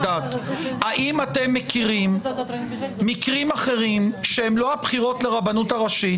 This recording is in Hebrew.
דת האם אתם מכירים מקרים אחרים שהם לא הבחירות לרבנות הראשית,